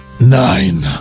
Nine